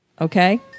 Okay